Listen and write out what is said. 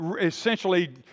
essentially